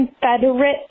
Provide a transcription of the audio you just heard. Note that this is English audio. confederate